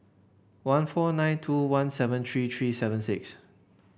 one four nine two one seven three three seven six